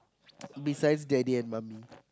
besides daddy and mummy